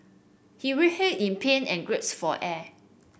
he writhed in pain and gasped for air